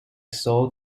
sold